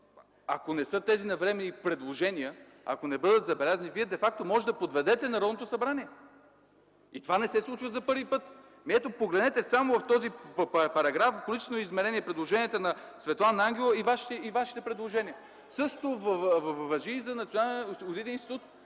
Ако не са тези навременни предложения, ако не бъдат забелязани, вие де факто можете да подведете Народното събрание. И това не се случва за първи път. Погледнете само в този параграф в количествено измерение предложенията на Светлана Ангелова и вашите предложения! Същото важи и за Националния осигурителен